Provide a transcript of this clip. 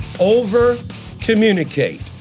Over-Communicate